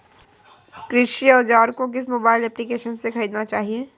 कृषि औज़ार को किस मोबाइल एप्पलीकेशन से ख़रीदना चाहिए?